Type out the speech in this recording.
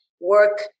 work